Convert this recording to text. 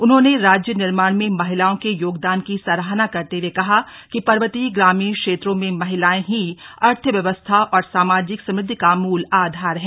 उन्होंने राज्य निर्माण में महिलाओं के योगदान की सराहना करते हुए कहा कि पर्वतीय ग्रामीण क्षेत्रों में महिलाएँ ही अर्थ व्यवस्था और सामाजिक समुद्धि का मूल आधार हैं